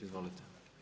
Izvolite.